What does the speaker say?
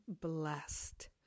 blessed